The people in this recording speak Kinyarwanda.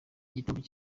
igitaramo